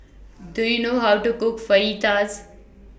Do YOU know How to Cook Fajitas